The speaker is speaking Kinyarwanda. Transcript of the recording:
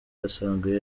asanzwe